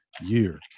year